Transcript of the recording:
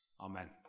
Amen